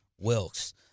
Wilkes